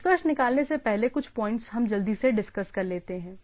निष्कर्ष निकालने से पहले कुछ पॉइंट्स हम जल्दी से डिस्कस कर लेते हैं